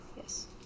Yes